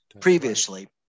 previously